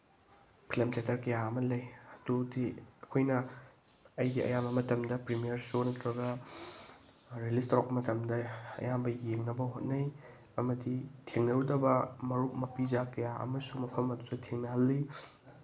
film theatre ꯀꯌꯥ ꯑꯃ ꯂꯩ ꯑꯗꯨꯗꯤ ꯑꯩꯈꯣꯏꯅ ꯑꯩꯒꯤ ꯑꯌꯥꯝꯕ ꯃꯇꯝꯗ ꯄ꯭ꯔꯤꯃꯤꯌꯔ ꯁꯣ ꯅꯠꯇ꯭ꯔꯒ ꯔꯤꯂꯤꯁ ꯇꯧꯔꯛꯄ ꯃꯇꯝꯗ ꯑꯌꯥꯝꯕ ꯌꯦꯡꯅꯕ ꯍꯣꯠꯅꯩ ꯑꯃꯗꯤ ꯊꯦꯡꯅꯔꯨꯗꯕ ꯃꯔꯨꯞ ꯃꯄꯤꯖꯥ ꯀꯌꯥ ꯑꯃꯁꯨ ꯃꯐꯝ ꯑꯗꯨꯗ ꯊꯦꯡꯅꯍꯜꯂꯤ